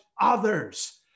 others